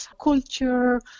culture